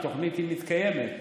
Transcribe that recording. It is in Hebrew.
התוכנית מתקיימת.